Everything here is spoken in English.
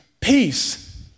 peace